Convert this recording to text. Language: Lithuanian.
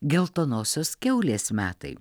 geltonosios kiaulės metai